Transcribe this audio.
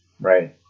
Right